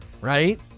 right